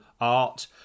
art